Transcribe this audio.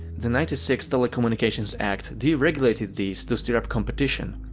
the ninety six telecommunications act deregulated these to stir up competition.